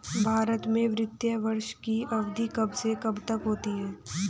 भारत में वित्तीय वर्ष की अवधि कब से कब तक होती है?